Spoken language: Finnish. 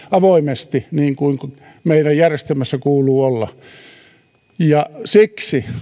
avoimesti niin kuin meidän järjestelmässä kuuluu olla siksi